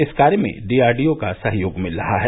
इस कार्य में डीआरडीओ का सहयोग मिल रहा है